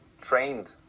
trained